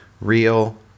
real